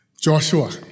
Joshua